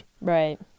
right